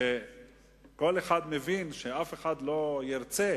שכל אחד מבין שאף אחד לא ירצה,